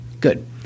Good